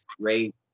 great